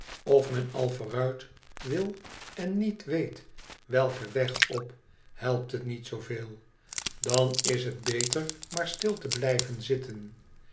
of men al vooruit wi en niet weet welken weg op helpt het niet veel dan is het beter maay stil te blijven zitten